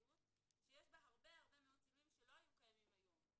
מציאות שיש בה הרבה מצבים שלא קיימים היום.